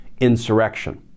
insurrection